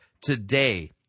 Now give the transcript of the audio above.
Today